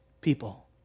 people